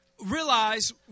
realize